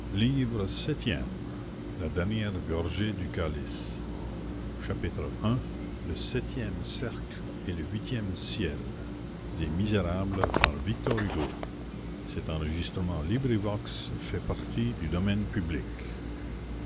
livre septième la dernière gorgée du calice chapitre i le septième cercle et le